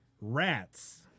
Rats